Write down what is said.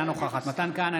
אינה נוכחת מתן כהנא,